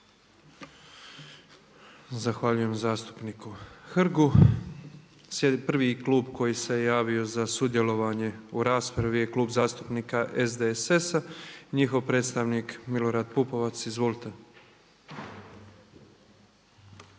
Zahvaljujem zastupniku Hrgu. Prvi klub koji se javio za sudjelovanje u raspravi je Klub zastupnika SDSS-a i njihov predstavnik Milorad Pupovac. Izvolite.